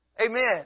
Amen